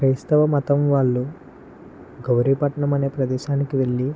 క్రైస్తవ మతం వాళ్ళు గౌరీపట్నం అనే ప్రదేశానికి వెళ్ళి